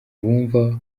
bumva